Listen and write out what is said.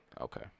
Okay